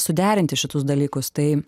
suderinti šitus dalykus tai